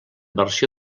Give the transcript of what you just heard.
versió